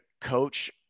coach